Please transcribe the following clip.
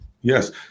yes